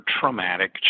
traumatic